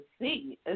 see